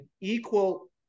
equal